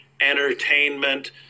entertainment